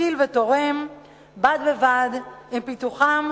משכיל ותורם בד בבד עם פיתוחם,